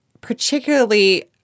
particularly